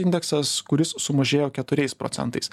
indeksas kuris sumažėjo keturiais procentais